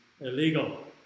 illegal